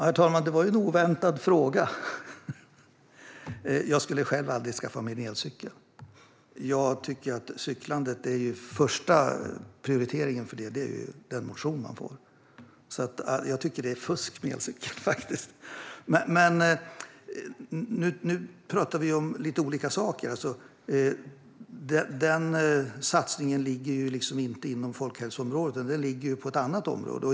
Herr talman! Det var en oväntad fråga. Jag skulle själv aldrig skaffa mig en elcykel, för jag tycker att den första prioriteringen när det gäller cyklande är den motion man får. Jag tycker alltså att det är fusk med elcykel. Vi talar dock om lite olika saker. Den här satsningen ligger inte inom folkhälsoområdet, utan den ligger på ett annat område.